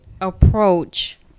approach